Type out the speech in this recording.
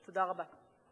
תודה רבה.